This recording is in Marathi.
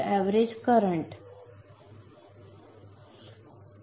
कॅपॅसिटन्स Amp च्या बाबतीत दुसरा बॅलन्स असावा इंडक्टन्स व्होल्टच्या बाबतीत दुसरा बॅलन्स असावा